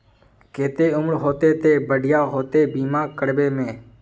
केते उम्र होते ते बढ़िया होते बीमा करबे में?